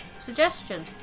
suggestion